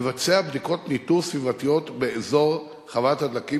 לבצע בדיקות ניטור סביבתיות באזור חוות הדלקים